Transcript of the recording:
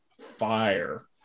Fire